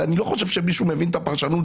אני לא חושב שמישהו מבין את הפרשנות